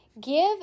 give